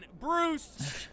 Bruce